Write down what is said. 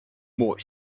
more